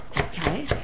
okay